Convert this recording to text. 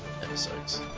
episodes